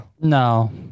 No